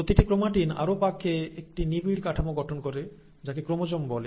প্রতিটি ক্রোমাটিন আরো পাক খেয়ে একটি নিবিড় কাঠামো গঠন করে যাকে ক্রোমোজোম বলে